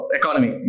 economy